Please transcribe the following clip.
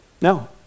no